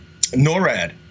NORAD